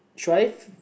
should I